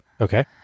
Okay